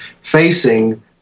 facing